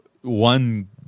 one